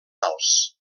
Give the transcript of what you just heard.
alts